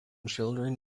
children